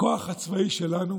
הכוח הצבאי שלנו